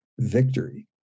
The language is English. victory